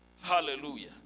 Hallelujah